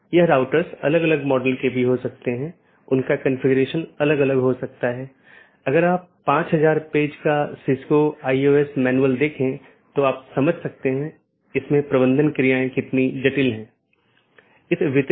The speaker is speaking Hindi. किसी भी ऑटॉनमस सिस्टमों के लिए एक AS नंबर होता है जोकि एक 16 बिट संख्या है और विशिष्ट ऑटोनॉमस सिस्टम को विशिष्ट रूप से परिभाषित करता है